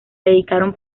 dedicaron